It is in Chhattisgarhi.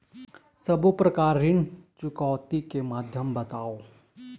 सब्बो प्रकार ऋण चुकौती के माध्यम बताव?